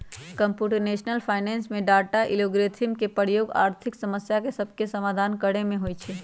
computational finance में data, algorithm के प्रयोग आर्थिक समस्या सभके समाधान करे में होइ छै